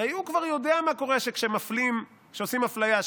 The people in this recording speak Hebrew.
הרי הוא כבר יודע מה קורה כשעושים אפליה,